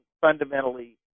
fundamentally